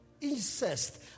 Incest